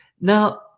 Now